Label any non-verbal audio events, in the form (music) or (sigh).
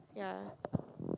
ya (noise)